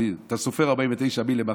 כי אתה סופר 49 ממוחרת,